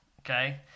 okay